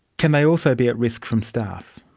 can they also be at risk from staff?